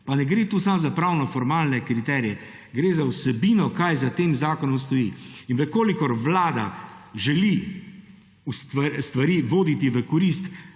Pa ne gre tu samo za pravnoformalne kriterije, gre za vsebino, kaj za tem zakonom stoji. V kolikor Vlada želi stvari voditi v korist,